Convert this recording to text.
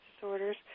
disorders